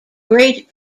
great